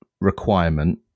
requirement